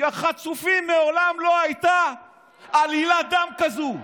יא חצופים, מעולם לא הייתה עלילת דם כזאת.